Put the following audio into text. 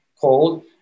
called